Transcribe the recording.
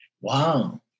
Wow